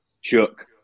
shook